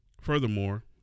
Furthermore